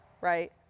right